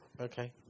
Okay